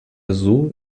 azul